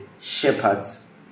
shepherds